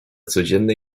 codzienne